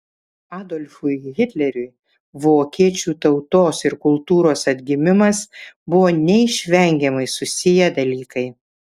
adolfui hitleriui vokiečių tautos ir kultūros atgimimas buvo neišvengiamai susiję dalykai